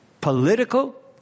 political